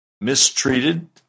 mistreated